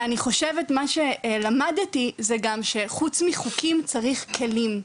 ואני חושבת שמה שלמדתי, זה שחוץ מחוקים צריך כלים,